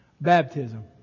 Baptism